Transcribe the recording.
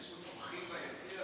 יש פשוט אורחים ביציע,